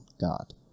God